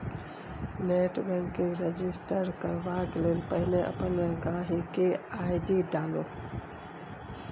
net banking register करबाक लेल पहिने अपन गांहिकी आइ.डी डालु